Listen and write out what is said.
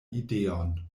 ideon